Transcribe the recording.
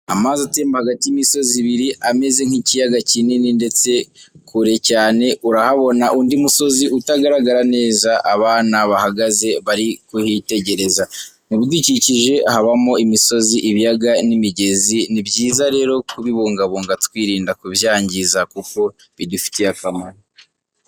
Amazi atemba hagati y'imisozi ibiri ameze nk'ikiyaaga kinini ndetse kure cyane urahabona undi musozi utagaragara neza, abana bahagaze bari kuhiitegereza . Mu bidukikije habamo imisozi ibiyaga n'imigezi ni byiza rero kubibungabunga twirinda kubyangiza kuko bidufitiye akamaro.